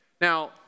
Now